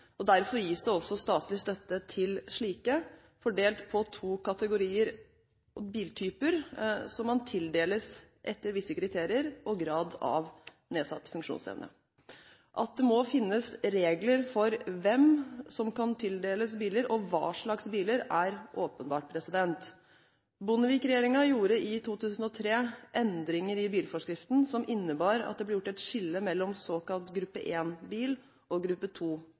Derfor gis det også statlig støtte til slike, fordelt på to kategorier biltyper, som man tildeles etter visse kriterier og grad av nedsatt funksjonsevne. At det må finnes regler for hvem som kan tildeles biler, og hva slags biler, er åpenbart. Bondevik II-regjeringen gjorde i 2003 endringer i bilforskriften som innebar at det ble gjort et skille mellom såkalt gruppe 1-bil og gruppe